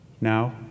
now